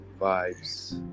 vibes